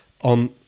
on